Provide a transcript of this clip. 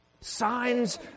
signs